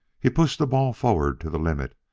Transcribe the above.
he pushed the ball forward to the limit,